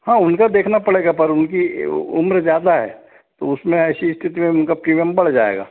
हाँ उनका देखना पड़ेगा पर उनकी उम्र ज़्यादा है तो उसमें ऐसी स्थिति में उनका प्रीमियम बढ़ जाएगा